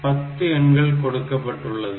இங்கே 10 எண்கள் கொடுக்கப்பட்டுள்ளது